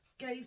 Go